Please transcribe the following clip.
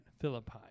Philippi